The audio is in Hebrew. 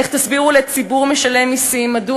איך תסבירו לציבור משלם מסים מדוע